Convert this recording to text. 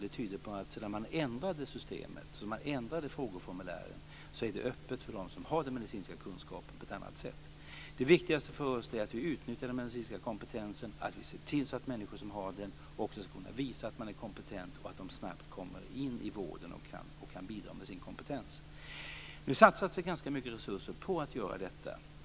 Det tyder på att sedan man ändrade frågeformulären är det öppet på ett annat sätt för dem som har den medicinska kunskapen. Det viktigaste för oss är att vi utnyttjar den medicinska kompetensen, att vi ser till att människor som har den också kan visa att de är kompetenta och att de snabbt kommer in i vården och kan bidra med sin kompetens. Nu satsas det ganska mycket resurser på att göra detta.